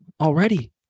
already